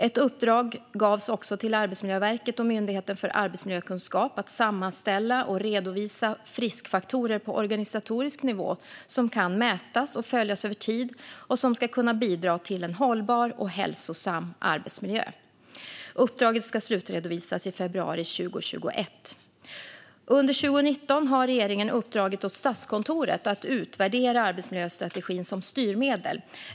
Ett uppdrag gavs också till Arbetsmiljöverket och Myndigheten för arbetsmiljökunskap att sammanställa och redovisa friskfaktorer på organisatorisk nivå som kan mätas och följas över tid och som ska kunna bidra till en hållbar och hälsosam arbetsmiljö. Uppdraget ska slutredovisas i februari 2021. Under 2019 har regeringen uppdragit åt Statskontoret att utvärdera arbetsmiljöstrategin som styrmedel.